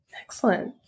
Excellent